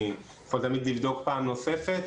אני יכול תמיד לבדוק פעם נוספת,